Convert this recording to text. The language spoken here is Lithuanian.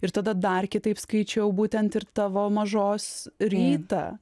ir tada dar kitaip skaičiau būtent ir tavo mažos rytą